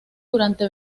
durante